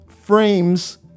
frames